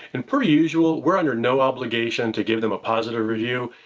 and per usual, we're under no obligation to give them a positive review.